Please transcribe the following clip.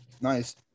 Nice